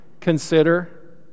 consider